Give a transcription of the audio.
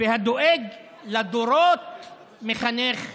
והדואג לדורות מחנך אנשים".